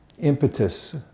impetus